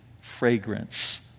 fragrance